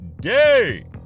day